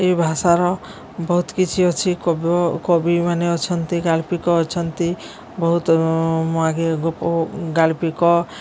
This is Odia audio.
ଏ ଭାଷାର ବହୁତ କିଛି ଅଛି କବି ମାନେ ଅଛନ୍ତି ଗାଳ୍ପିକ ଅଛନ୍ତି ବହୁତ ଗାଳ୍ପିକ